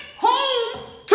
home